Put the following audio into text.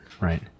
Right